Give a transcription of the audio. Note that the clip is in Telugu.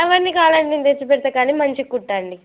అవన్నీ కావాలి అంటే నేను తెచ్చి పెడతాను కానీ మంచిగా కుట్టండీ